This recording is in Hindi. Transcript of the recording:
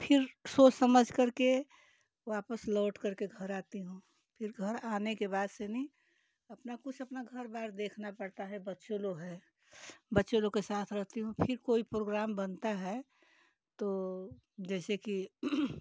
फिर सोच समझ करके वापस लौट कर के घर आती हूँ फिर घर आने के बाद से नहीं अपना कुछ अपना घरबार देखना पड़ता है बच्चों लोग है बच्चों लोग के साथ रहती हूँ फिर कोई प्रोग्राम बनता है तो जैसे कि